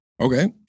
Okay